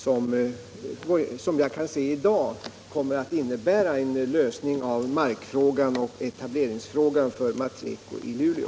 Som det ser ut i dag kommer dessa kontakter att leda till en lösning av markfrågan och frågan om Matrecos etablering i Luleå.